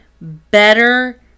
Better